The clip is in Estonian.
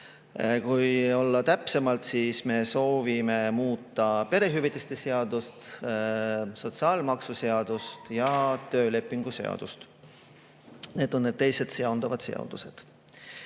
Kui olla täpsem, siis me soovime muuta perehüvitiste seadust, sotsiaalmaksuseadust ja töölepingu seadust. Need on need teised seonduvad seadused.